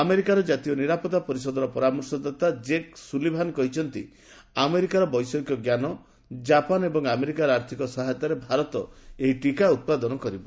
ଆମେରିକାର ଜାତୀୟ ନିରାପତ୍ତା ପରିଷଦର ପରାମର୍ଶଦାତା ଜେକ୍ ସୁଲିଭାନ୍ କହିଛନ୍ତି ଆମେରିକାର ବୈଷୟିକ ଜ୍ଞାନ କାପାନ ଏବଂ ଆମେରିକାର ଆର୍ଥିକ ସହାୟତାରେ ଭାରତ ଏହି ଟିକା ଉତ୍ପାଦନ କରିବ